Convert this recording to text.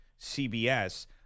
CBS